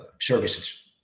services